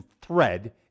thread